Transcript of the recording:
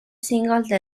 single